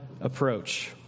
approach